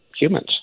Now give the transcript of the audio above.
humans